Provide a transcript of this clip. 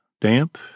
damp